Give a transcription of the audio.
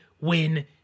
win